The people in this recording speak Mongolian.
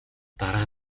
дараа